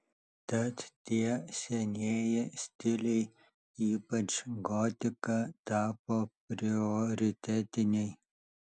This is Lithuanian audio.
tad tie senieji stiliai ypač gotika tapo prioritetiniai